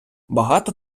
багато